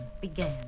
began